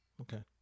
Okay